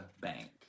bank